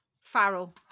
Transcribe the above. Farrell